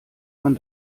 man